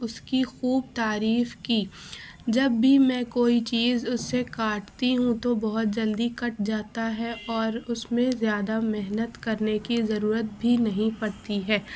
اس کی خوب تعریف کی جب بھی میں کوئی چیز اس سے کاٹتی ہوں تو بہت جلدی کٹ جاتا ہے اور اس میں زیادہ محنت کرنے کی ضرورت بھی نہیں پڑتی ہے